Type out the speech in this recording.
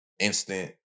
instant